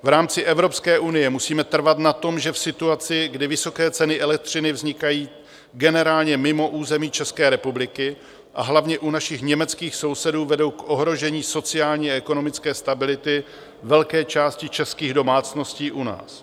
V rámci Evropské unie musíme trvat na tom, že v situaci, kdy vysoké ceny elektřiny vznikají generálně mimo území České republiky a hlavně u našich německých sousedů, vedou k ohrožení sociální a ekonomické stability velké části českých domácností u nás.